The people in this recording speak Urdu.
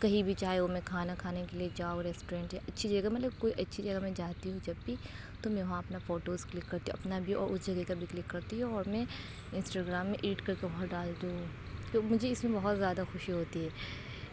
کہیں بھی چاہے وہ میں کھانا کھانے کے لیے جاؤں ریسٹورینٹ یا اچھی جگہ مطلب کوئی اچھی جگہ میں جاتی ہوں جب بھی تو میں وہاں اپنا فوٹوز کلک کرتی ہوں اپنا بھی اور اس جگہ کا بھی کلک کرتی ہوں اور میں انسٹاگرام میں ایڈ کر کے وہاں ڈالتی ہوں کیونکہ مجھے اس میں بہت زیادہ خوشی ہوتی